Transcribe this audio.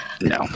No